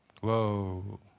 Whoa